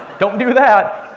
don't do that!